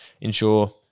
ensure